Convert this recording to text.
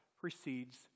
precedes